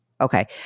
Okay